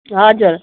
हजुर